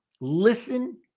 listen